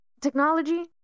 technology